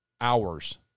hours